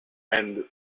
and